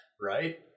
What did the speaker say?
Right